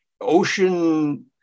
ocean